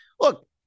look